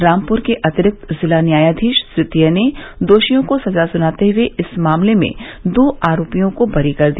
रामपुर के अतिरिक्त जिला न्यायाधीश तृतीय ने दोषियों को सजा सुनाते हुए इस मामले में दो आरोपियों को बरी कर दिया